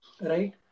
Right